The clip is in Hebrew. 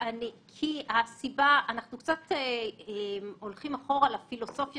אנחנו קצת הולכים אחורה לפילוסופיה